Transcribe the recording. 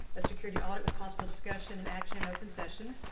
a security audit with possible discussion and action and open session.